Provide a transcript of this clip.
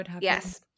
yes